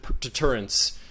deterrence